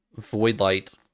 Voidlight